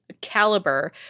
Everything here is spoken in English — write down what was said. caliber